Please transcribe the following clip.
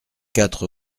quatre